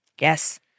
Yes